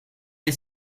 est